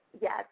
Yes